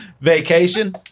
Vacation